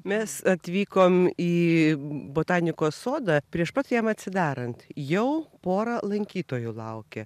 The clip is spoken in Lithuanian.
mes atvykome į botanikos sodą prieš pat jam atsidarant jau pora lankytojų laukia